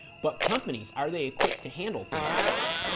but companies are they equipped to handle things like this